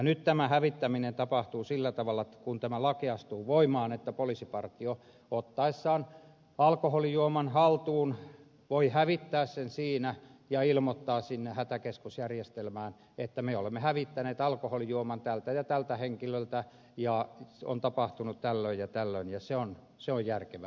nyt tämä hävittäminen tapahtuu sillä tavalla kun tämä laki astuu voimaan että poliisipartio ottaessaan alkoholijuoman haltuun voi hävittää sen siinä ja ilmoittaa sinne hätäkeskusjärjestelmään että me olemme hävittäneet alkoholijuoman tältä ja tältä henkilöltä ja se on tapahtunut tällöin ja tällöin ja se on järkevää